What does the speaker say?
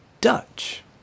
Dutch